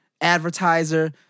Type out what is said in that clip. advertiser